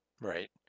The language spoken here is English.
Right